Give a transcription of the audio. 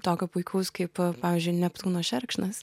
tokio puikaus kaip pavyzdžiui neptūno šerkšnas